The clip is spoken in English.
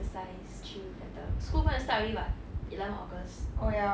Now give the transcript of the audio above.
exercise chill better school going to start already [what] eleven august